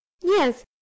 Yes